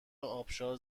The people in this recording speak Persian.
آبشار